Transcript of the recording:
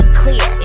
clear